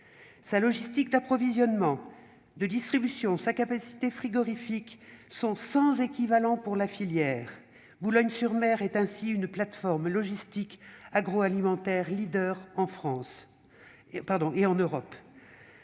Sa logistique d'approvisionnement et de distribution et sa capacité frigorifique sont sans équivalent pour la filière. Boulogne-sur-Mer est une plateforme logistique agroalimentaire leader en France